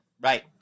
Right